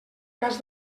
cas